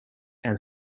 and